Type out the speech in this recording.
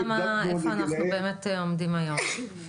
כן.